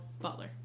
Butler